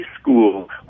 school